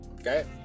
okay